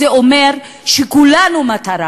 זה אומר שכולנו מטרה,